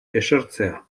esertzea